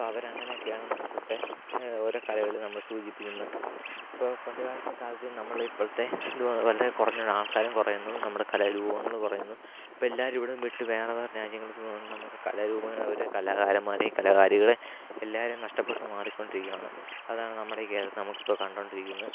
അപ്പം അവരങ്ങനെയൊക്കെയാണ് ഇപ്പോഴത്തെ ഓരോ കലകൾ നമ്മൾ സൂചിപ്പിക്കുന്നത് ഇപ്പോൾ പണ്ടുകാലത്തെ കാലത്ത് നമ്മൾ ഇപ്പോഴത്തെ എന്തോ വളരെ കുറഞ്ഞ ആൾക്കാരും കുറയുന്നു നമ്മുടെ കല രൂപങ്ങൾ കുറയുന്നു ഇപ്പം എല്ലാവരും ഇവിടം വിട്ട് വേറെ വേറെ രാജ്യങ്ങളിലേക്ക് പോകുന്നത് കൊണ്ട് നമുക്ക് കലാരൂപങ്ങൾ അവരെ കലാകാരന്മാരെയും കലാകാരികളെയും എല്ലാവരെയും നഷ്ടപ്പെട്ടു മാറിക്കൊണ്ടിരിക്കുകയാണ് അതാണ് നമ്മുടെ കേരളത്തിൽ നമുക്കിപ്പോൾ കണ്ടുകൊണ്ടിരിക്കുന്നത്